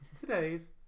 Today's